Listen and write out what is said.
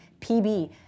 PB